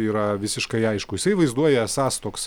yra visiškai aiškus jisai vaizduoja esąs toks